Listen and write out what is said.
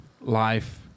Life